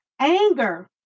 anger